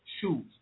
Shoes